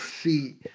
see